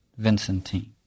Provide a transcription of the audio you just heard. Vincentine